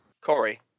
Corey